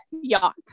yacht